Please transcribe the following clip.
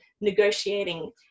negotiating